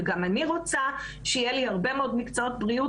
וגם אני רוצה שיהיו לי הרבה מאוד מקצועות בריאות,